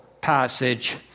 passage